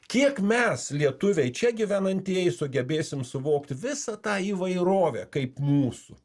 kiek mes lietuviai čia gyvenantieji sugebėsim suvokti visą tą įvairovę kaip mūsų